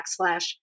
backslash